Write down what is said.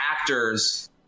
actors